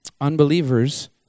unbelievers